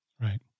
Right